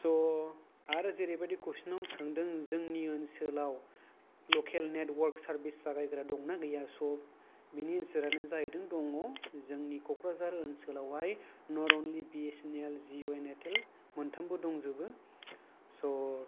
स' आरो जेरैबादि कुइसन आव सोंदों जोंनि ओनसोलाव लकेल नेटवर्क सारभिस जागायग्रा दङना गैया स' दा बिनि एनसार आ जादों दङ नट अनलि बिएसएनएल जिअ एन्ड एयारटेल मोनथामबो दंजोबो स'